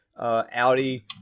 Audi